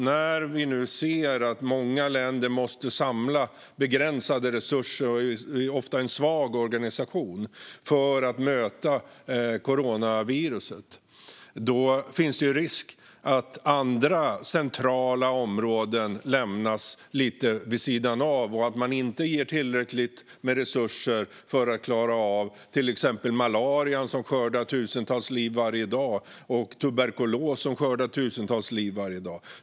När vi nu ser att många länder måste samla begränsade resurser - i en ofta svag organisation - för att möta coronaviruset finns det en risk att andra centrala områden lämnas lite vid sidan av och att man inte ger tillräckligt med resurser för att klara av dem. Det gäller till exempel malaria, som skördar tusentals liv varje dag, och tuberkulos, som skördar tusentals liv varje dag.